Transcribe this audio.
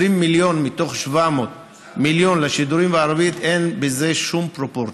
20 מיליון מתוך 700 מיליון לשידורים בערבית אין בזה שום פרופורציה.